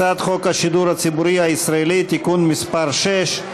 הצעת חוק השידור הציבורי הישראלי (תיקון מס' 6),